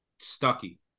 Stucky